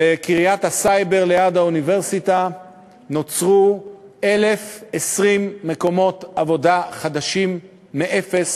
בקריית-הסייבר ליד האוניברסיטה נוצרו 1,020 מקומות עבודה חדשים מאפס,